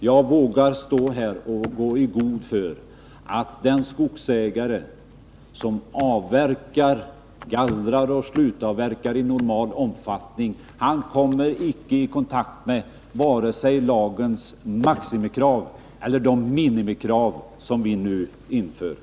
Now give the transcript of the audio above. Jag vågar stå här och gå i god för att den skogsägare som avverkar, gallrar och slutavverkar i normal omfattning icke kommer i kontakt med vare sig lagens maximikrav eller de minimikrav som vi nu inför.